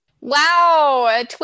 Wow